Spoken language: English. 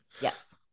Yes